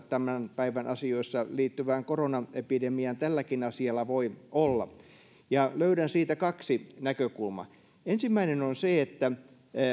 tämän päivän asioihin liittyvään koronaepidemiaan tälläkin asialla voi olla ja löydän siitä kaksi näkökulmaa ensimmäinen on se että